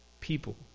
people